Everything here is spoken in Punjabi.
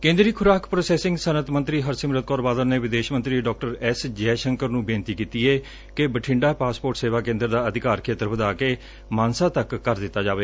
ਕੇਂਦਰੀ ਖੁਰਾਕ ਪ੍ਰੋਸੈਸਿੰਗ ਸੱਨਅਤ ਮੰਤਰੀ ਸ੍ਰੀਮਤੀ ਹਰਸਿਮਰਤ ਕੌਰ ਬਾਦਲ ਨੇ ਵਿਦੇਸ਼ ਮੰਤਰੀ ਡਾ ਐਸ ਜਯਸ਼ੰਕਰ ਨੂੰ ਬੇਨਤੀ ਕੀਤੀ ਏ ਕਿ ਬਠਿੰਡਾ ਪਾਸਪੋਰਟ ਸੇਵਾ ਕੇਂਦਰ ਦਾ ਅਧਿਕਾਰ ਖੇਤਰ ਵਧਾ ਕੇ ਮਾਨਸਾ ਤਕ ਕਰ ਦਿੱਤਾ ਜਾਵੇ